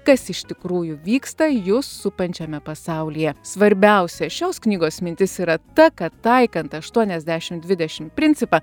kas iš tikrųjų vyksta jus supančiame pasaulyje svarbiausia šios knygos mintis yra ta kad taikant aštuoniasdešimt dvidešimt principą